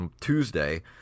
Tuesday